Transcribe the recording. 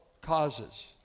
causes